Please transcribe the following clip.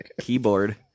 keyboard